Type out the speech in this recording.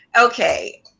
okay